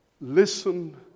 listen